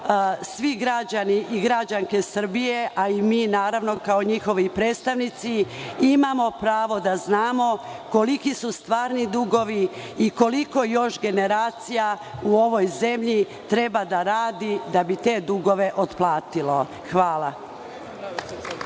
građani i građanke Srbije, a i mi kao njihovi predstavnici imamo pravo da znamo koliki su stvarni dugovi i koliko još generacija u ovoj zemlji treba da radi da bi te dugove otplatilo? Hvala.